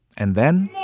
and then